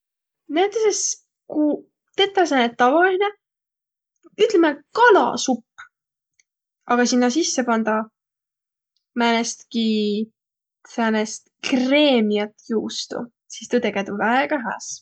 Näütüses, ku tetäq sääne tavalinõ, ütlemi, kalasupp, aga sinnäq sisse pandaq määnestki säänest kremjät juustu, sis tuu tege tuu väega hääs.